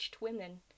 women